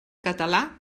català